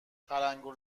تلنگور